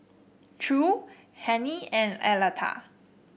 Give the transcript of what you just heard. Ture Hennie and Aleta